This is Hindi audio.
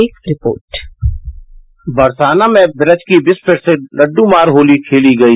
एक रिपोर्ट मथुरा बरसाना में ब्रज की विश्व प्रसिद्ध लड़ुमार होती खेली गई